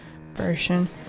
version